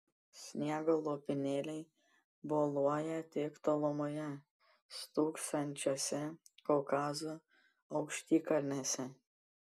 sniego lopinėliai boluoja tik tolumoje stūksančiose kaukazo aukštikalnėse